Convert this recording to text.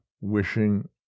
wishing